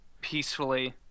peacefully